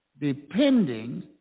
depending